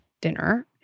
dinner